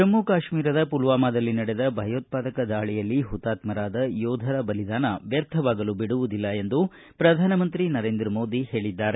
ಜಮ್ಮ ಕಾಶ್ಮೀರದ ಮಲ್ವಾಮಾದಲ್ಲಿ ನಡೆದ ಭಯೋತ್ಪಾದಕ ದಾಳಿಯಲ್ಲಿ ಹುತಾತ್ಮರಾದ ಯೋಧರ ಬಲಿದಾನ ವ್ಯರ್ಥವಾಗಲು ಬಿಡುವುದಿಲ್ಲ ಎಂದು ಪ್ರಧಾನ ಮಂತ್ರಿ ನರೇಂದ್ರ ಮೋದಿ ಹೇಳಿದ್ದಾರೆ